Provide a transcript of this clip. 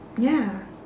ya